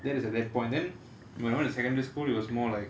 that is a weird point then when I went to secondary school it was more like